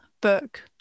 book